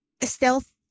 stealth